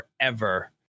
forever